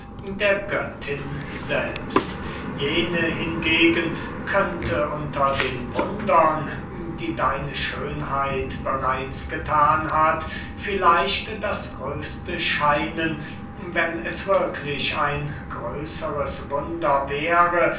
der göttin selbst jene hingegen könnte unter den wundern die deine schönheit bereits gethan hat vielleicht das größte scheinen wenn es wirklich ein größeres wunder wäre